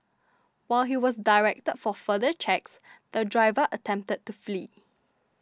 while he was directed for further checks the driver attempted to flee